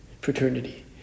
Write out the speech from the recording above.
Fraternity